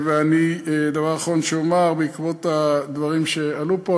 דבר אחרון שאומר: בעקבות הדברים שעלו פה,